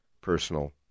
personal